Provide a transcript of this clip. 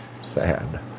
sad